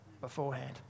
beforehand